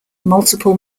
multiple